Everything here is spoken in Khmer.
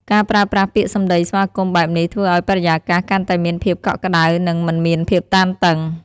ការប្រើប្រាស់ពាក្យសម្ដីស្វាគមន៍បែបនេះធ្វើឱ្យបរិយាកាសកាន់តែមានភាពកក់ក្តៅនិងមិនមានភាពតានតឹង។